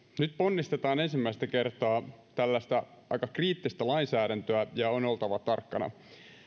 nyt ponnistetaan ensimmäistä kertaa tällaista aika kriittistä lainsäädäntöä ja on oltava tarkkana